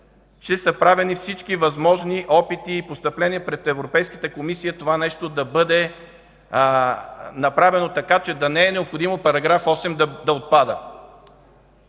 че са правени всички възможни опити и постъпления пред Европейската комисия това нещо да бъде направено така, че да не е необходимо § 8 да отпада.